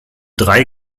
drei